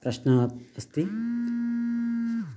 प्रश्नः अत्र अस्ति